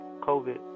COVID